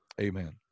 Amen